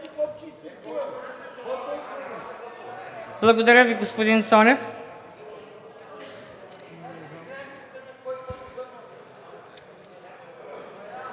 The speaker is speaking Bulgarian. Благодаря Ви, господин Цонев.